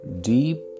deep